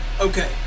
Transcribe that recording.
Okay